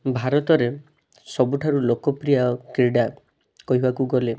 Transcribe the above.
ଭାରତରେ ସବୁଠାରୁ ଲୋକପ୍ରିୟ କ୍ରିଡ଼ା କହିବାକୁ ଗଲେ